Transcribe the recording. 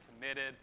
committed